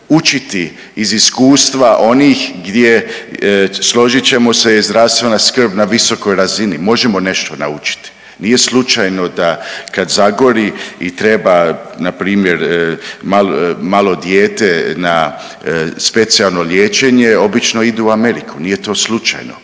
učiti iz iskustva onih gdje, složit ćemo se, je zdravstvena skrb na visokoj razini, možemo nešto naučiti, nije slučajno da kad zagori i treba npr. malo, malo dijete na specijalno liječenje obično idu u Ameriku, nije to slučajno,